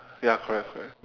ya correct correct